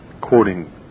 Quoting